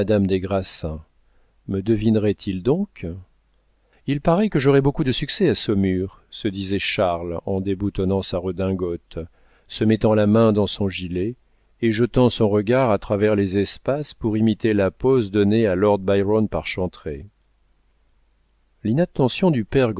des grassins me devinerait il donc il paraît que j'aurai beaucoup de succès à saumur se disait charles en déboutonnant sa redingote se mettant la main dans son gilet et jetant son regard à travers les espaces pour imiter la pose donnée à lord byron par chantrey l'inattention du père